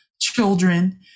children